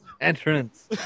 entrance